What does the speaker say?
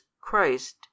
Christ